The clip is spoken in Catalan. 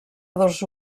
dos